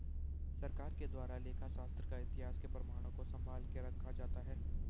सरकार के द्वारा लेखा शास्त्र का इतिहास के प्रमाणों को सम्भाल के रखा जाता है